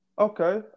okay